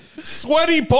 Sweaty